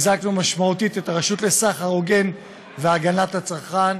יציג את הצעת החוק שר הכלכלה והתעשייה חבר הכנסת אלי כהן.